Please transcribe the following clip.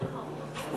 חברות וחברים,